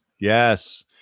yes